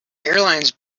airlines